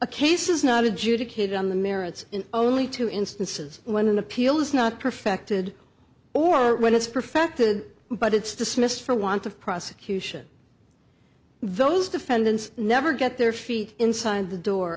a case is not adjudicated on the merits in only two instances when an appeal is not perfected or when it's perfected but it's dismissed for want of prosecution those defendants never get their feet inside the door